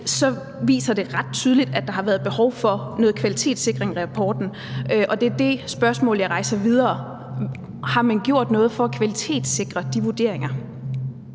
viser det ret tydeligt, at der har været behov for noget kvalitetssikring af rapporten. Og det er det spørgsmål, jeg bringer videre . Har man gjort noget for at kvalitetssikre de vurderinger?